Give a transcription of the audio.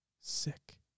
Sick